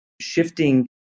shifting